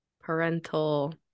parental